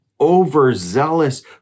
overzealous